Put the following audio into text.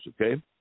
okay